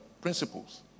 Principles